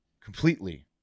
completely